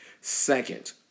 Second